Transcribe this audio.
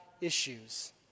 issues